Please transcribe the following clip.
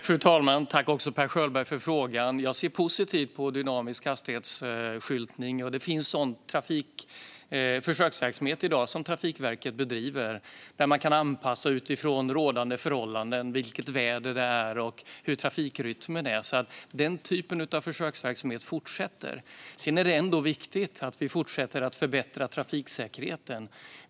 Fru talman! Tack för frågan, Per Schöldberg! Jag ser positivt på dynamisk hastighetsskyltning. Det finns sådan försöksverksamhet i dag som Trafikverket bedriver, där man kan anpassa utifrån rådande förhållanden som vilket väder det är och hur trafikrytmen är. Den typen av försöksverksamhet fortsätter. Sedan är det ändå viktigt att vi fortsätter att förbättra trafiksäkerheten.